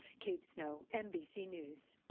kate snow, nbc news.